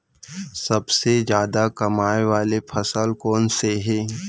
सबसे जादा कमाए वाले फसल कोन से हे?